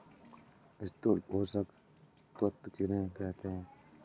स्थूल पोषक तत्व किन्हें कहते हैं?